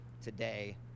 today